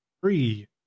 three